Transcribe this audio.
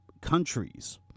countries